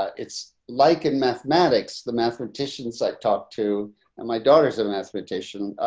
it's like in mathematics, the mathematicians i've talked to, and my daughters have an expectation.